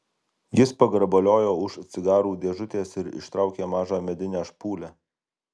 jis pagrabaliojo už cigarų dėžutės ir ištraukė mažą medinę špūlę